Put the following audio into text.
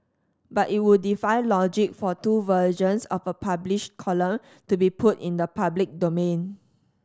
but it would defy logic for two versions of a published column to be put in the public domain